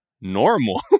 normal